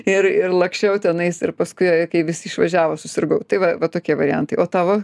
ir ir laksčiau tenais ir paskui kai visi išvažiavo susirgau tai va va tokie variantai o tavo